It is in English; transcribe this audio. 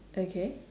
okay